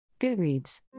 Goodreads